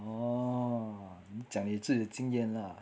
orh 你讲你自己的经验 lah